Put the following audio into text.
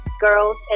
girls